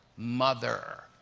mother.